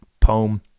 poem